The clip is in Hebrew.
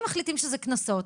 אם מחליטים שזה קנסות,